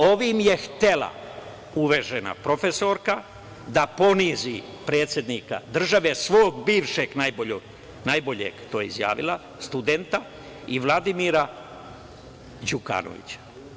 Ovim je htela uvažena profesorka da ponizi predsednika države, svog bivšeg najboljeg studenta i Vladimira Đukanovića.